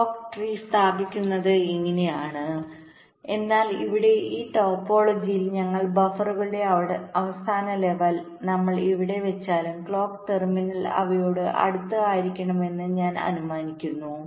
clock tree സ്ഥാപിക്കുന്നത് ഇങ്ങനെയാണ് എന്നാൽ ഇവിടെ ഈ ടോപ്പോളജിയിൽ ഞങ്ങൾ ബഫറുകളുടെ അവസാന ലെവൽ നമ്മൾ എവിടെ വെച്ചാലും ക്ലോക്ക് ടെർമിനൽ അവയോട് അടുത്ത് ആയിരിക്കണമെന്ന് ഞങ്ങൾ അനുമാനിക്കുന്നു